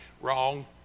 Wrong